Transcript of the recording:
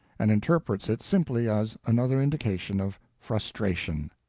and interprets it simply as another indication of frustration.